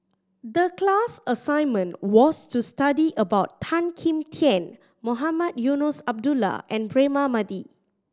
the class assignment was to study about Tan Kim Tian Mohamed Eunos Abdullah and Braema Mathi